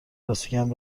لاستیکم